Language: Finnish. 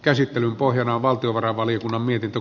käsittelyn pohjana on valtiovarainvaliokunnan mietintö